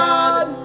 God